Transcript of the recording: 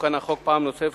תוקן החוק פעם נוספת,